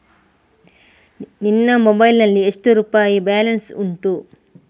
ನಿನ್ನ ಮೊಬೈಲ್ ನಲ್ಲಿ ಎಷ್ಟು ರುಪಾಯಿ ಬ್ಯಾಲೆನ್ಸ್ ಉಂಟು?